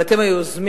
אבל אתם היוזמים,